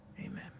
Amen